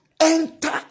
Enter